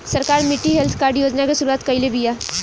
सरकार मिट्टी health card योजना के शुरूआत काइले बिआ